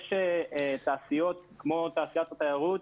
יש תעשיות כמו תעשיית התיירות